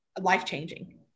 life-changing